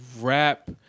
rap